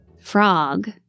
Frog